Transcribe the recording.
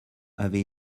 avait